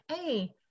hey